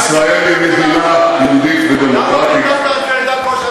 למה ביטלת את ועידת ראש הממשלה לענייני ערבים?